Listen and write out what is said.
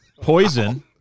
poison